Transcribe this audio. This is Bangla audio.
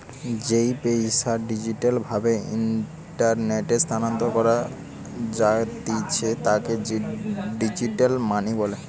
যেই পইসা ডিজিটাল ভাবে ইন্টারনেটে স্থানান্তর করা জাতিছে তাকে ডিজিটাল মানি বলে